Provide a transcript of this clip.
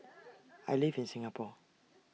I live in Singapore